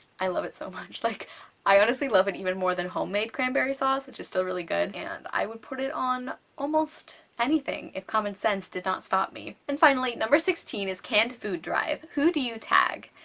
i love it so much. like i honestly love it even more than homemade cranberry sauce, which is still really good, and i would put it on almost anything if common sense did not stop me. and finally, number sixteen is canned food drive who do you tag?